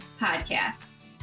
podcast